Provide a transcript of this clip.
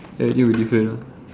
everything will be different ah